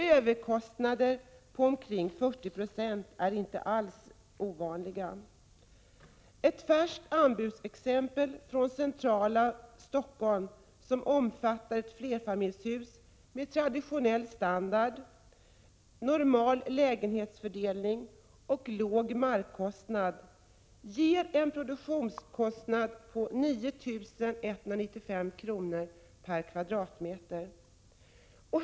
Överkostnader på omkring 40 96 är inte ovanliga. Ett färskt anbudsexempel från centrala Stockholm som omfattar flerfamiljshus med traditionell standard, normal lägenhetsfördelning och låg markkostnad ger en produktionskostnad på 9 195 kr./m?.